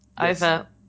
over